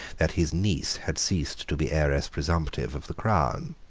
that his niece had ceased to be heiress presumptive of the crown.